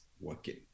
working